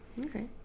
Okay